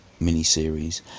miniseries